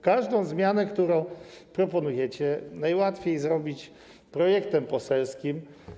Każdą zmianę, którą proponujecie, najłatwiej zrobić projektem poselskim.